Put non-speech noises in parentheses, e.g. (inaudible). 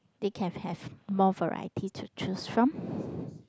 they can have more variety to choose from (breath)